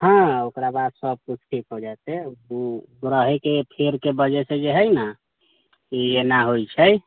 हाँ ओकरा बाद सभकिछु ठीक हो जेतै ओ ग्रहेके फेरके वजहसँ जे हइ ने ई एना होइ छै